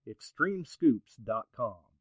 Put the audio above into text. ExtremeScoops.com